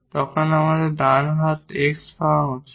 তখন আমাদের ডান হাত X পাওয়া উচিত